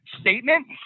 statement